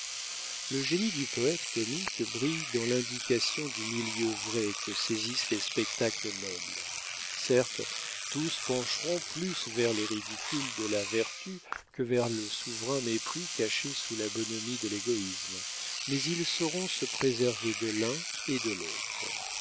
le génie du poète comique brille dans l'indication du milieu vrai que saisissent les spectateurs nobles certes tous pencheront plus vers les ridicules de la vertu que vers le souverain mépris caché sous la bonhomie de l'égoïsme mais ils sauront se préserver de l'un et de l'autre